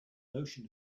notion